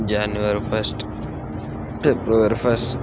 జనవరి first ఫిబ్రవరి first